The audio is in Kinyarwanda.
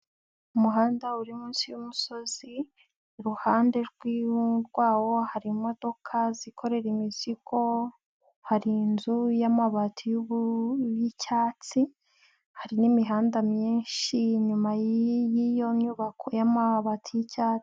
Umuhanda uri munsi yumusozi, iruhande yawo hari imodoka zikorera imizigo, hari inzu y'amabati yicyatsi, hari n'imihanda myinshi inyuma y'iyo nyubako y'amabati yi'cyatsi.